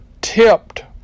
tipped